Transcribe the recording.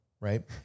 Right